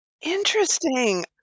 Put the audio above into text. Interesting